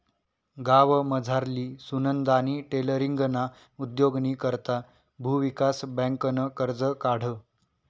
गावमझारली सुनंदानी टेलरींगना उद्योगनी करता भुविकास बँकनं कर्ज काढं